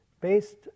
based